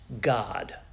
God